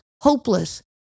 hopeless